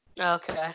Okay